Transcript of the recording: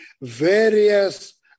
various